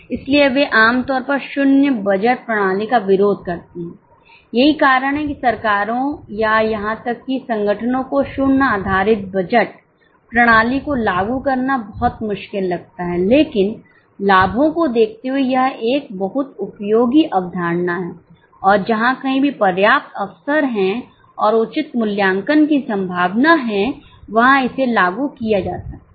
इसलिए वे आम तौर पर शून्य बजट प्रणाली का विरोध करते हैं यही कारण है कि सरकारों या यहां तक कि संगठनों को शून्य आधारित बजट प्रणाली को लागू करना बहुत मुश्किल लगता है लेकिन लाभों को देखते हुए यह एक बहुत उपयोगी अवधारणा है और जहां कहीं भी पर्याप्त अवसर है और उचित मूल्यांकन की संभावना है वहां इसे लागू किया जा सकता है